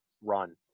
run